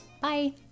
Bye